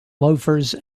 loafers